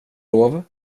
lov